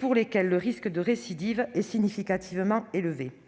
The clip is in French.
pour lesquels le risque de récidive est significativement élevé.